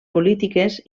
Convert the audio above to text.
polítiques